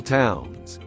towns